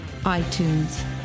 iTunes